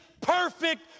perfect